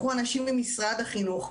קחו אנשים ממשרד החינוך,